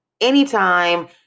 anytime